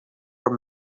were